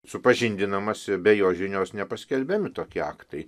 supažindinamas ir be jo žinios nepaskelbiami tokie aktai